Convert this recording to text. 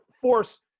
force